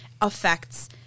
affects